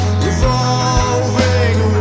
revolving